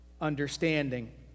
understanding